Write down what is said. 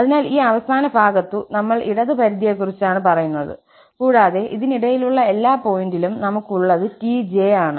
അതിനാൽ ഈ അവസാന ഭാഗത്തു നമ്മൾ ഇവിടെ ഇടത് പരിധിയെക്കുറിച്ചാണ് പറയുന്നത് കൂടാതെ ഇതിനിടയിലുള്ള എല്ലാ പോയിന്റിലും നമുക്കുള്ളത് tj ആണ്